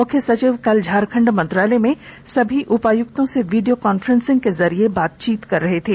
मुख्य सचिव कल झारखंड मंत्रालय में सभी उपायुक्तों से वीडियो कांफ्रेंसिंग के जरिये बातचीत कर रहे थे